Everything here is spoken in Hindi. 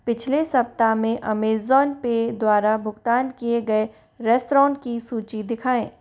पिछले सप्ताह में अमेज़न पे द्वारा भुगतान किए गए रेस्तरां की सूची दिखाएँ